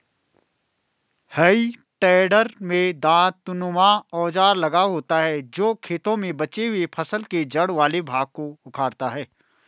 हेइ टेडर में दाँतनुमा औजार लगा होता है जो खेतों में बचे हुए फसल के जड़ वाले भाग को उखाड़ता है